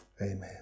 Amen